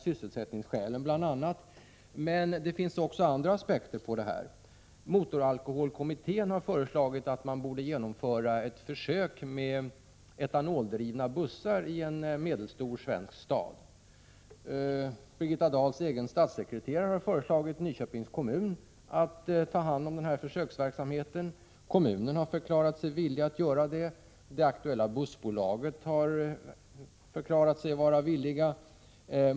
Det är bl.a. av sysselsättningsskäl, men det finns också andra aspekter på detta. Motoralkoholkommittén har föreslagit att man skall genomföra ett försök med etanoldrivna bussar i en medelstor svensk stad. Birgitta Dahls egen statssekreterare har föreslagit Nyköpings kommun att ta hand om denna försöksverksamhet. Kommunen har förklarat sig villig att göra detta. Det aktuella bussbolaget har förklarat sig villigt.